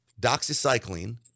doxycycline